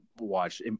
watch